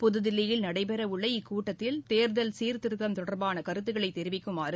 புதுதில்லியில் நடைபெறவுள்ள இக்கூட்டத்தில் தேர்தல் சீர்திருத்தம் தொடர்பான கருத்துகளை தெரிவிக்குமாறு